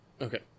Okay